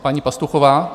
Paní Pastuchová?